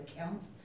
accounts